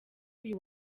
uyu